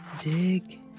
dig